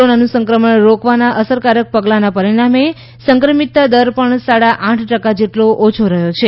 કોરોનાનું સંક્રમણ રોકવાના અસરકારક પગલાના પરિણામે સંક્રમિતતા દર પણ સાડા આઠ ટકા જેટલો ઓછો રહ્યો છે